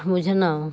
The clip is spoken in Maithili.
बुझनौ